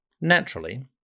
Naturally